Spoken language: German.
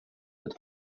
mit